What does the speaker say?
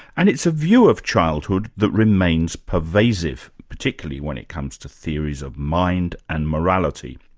and it's a view of childhood that remains pervasive, particularly when it comes to theories of mind and morality.